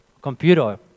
computer